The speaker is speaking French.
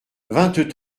vingt